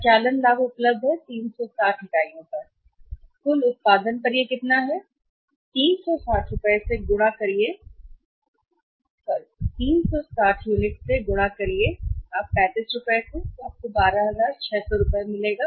यह परिचालन लाभ उपलब्ध है और 360 इकाइयों पर परिचालन लाभ कुल उत्पादन या कुल उत्पादन पर परिचालन लाभ कितना है यह कितना है यह ३६० रुपए से गुणा होने वाली ३६० यूनिट है रुपए 12600 सही